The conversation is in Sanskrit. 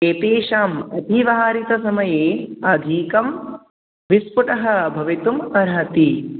एतेषाम् अतिभारितसमये अधिकः विस्फुटः भवितुम् अर्हति